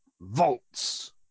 vaults